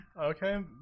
Okay